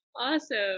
Awesome